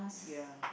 yeah